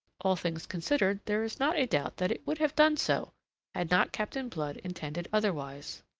all things considered, there is not a doubt that it would have done so had not captain blood intended otherwise.